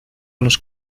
los